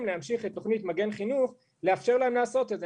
להמשיך את תוכנית מגן חינוך לאפשר להם לעשות את זה.